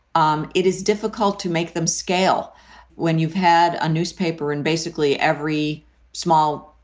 um it is difficult to make them scale when you've had a newspaper and basically every small,